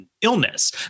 illness